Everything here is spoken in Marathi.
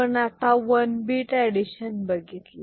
आपण आता वन बीट एडिशन बघितले